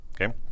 Okay